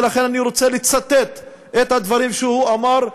ולכן אני רוצה לצטט את הדברים שהוא אמר.